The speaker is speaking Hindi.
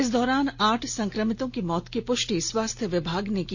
इस दौरान आठ संक्रमितों की मौत की पृष्टि स्वास्थ्य विभाग ने की